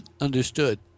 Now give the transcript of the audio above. Understood